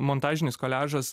montažinis koliažas